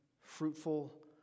fruitful